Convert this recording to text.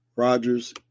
Rodgers